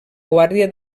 guàrdia